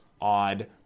odd